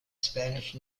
spanish